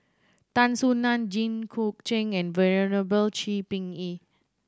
Tan Soo Nan Jit Koon Ch'ng and Venerable Shi Ming Yi